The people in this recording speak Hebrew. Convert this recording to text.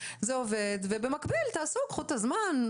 זה עובד ובמקביל תעשו ותיקחו את הזמן.